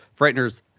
Frighteners